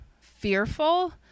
fearful